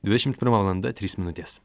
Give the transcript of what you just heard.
dvidešim pirma valanda trys minutės